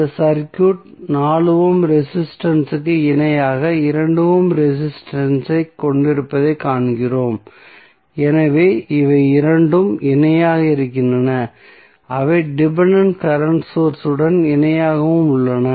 இந்த circuit 4 ohm resistance ற்கு இணையாக 2 ஓம் ரெசிஸ்டன்ஸ் ஐ கொண்டிருப்பதைக் காண்கிறோம் எனவே இவை இரண்டும் இணையாக இருக்கின்றன அவை டிபென்டென்ட் கரண்ட் சோர்ஸ் உடன் இணையாகவும் உள்ளன